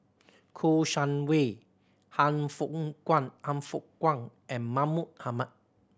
Kouo Shang Wei Han Fook Kwang Han Fook Kwang and Mahmud Ahmad